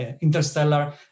Interstellar